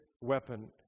weapon